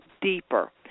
deeper